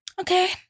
Okay